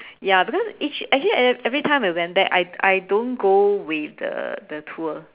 ya because each actually eve~ every time I went back I I don't go with the the tour